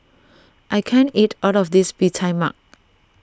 I can't eat all of this Bee Tai Mak